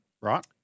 Right